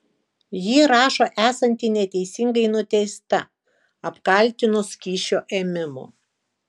ji rašo esanti neteisingai nuteista apkaltinus kyšio ėmimu